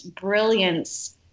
brilliance